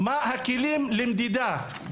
מה הם הכלים למדידה?